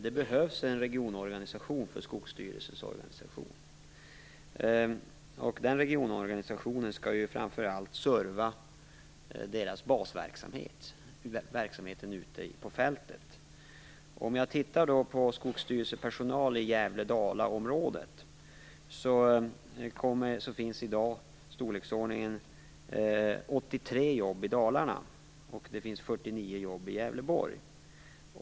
Det behövs en regionorganisation för Skogsstyrelsens verksamhet, och den organisationen skall framför allt serva basverksamheten ute på fältet. Om jag ser på skogsstyrelsepersonalen i Gävle Dala-området finner jag att den i dag är i storleksordningen 83 jobb i Dalarna och 49 jobb i Gävleborg.